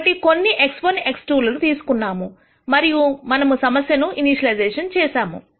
కాబట్టి కొన్ని x1 x2 తీసుకున్నాము మరియు మనము సమస్యను ఇనీషియలైజెషన్ చేసాము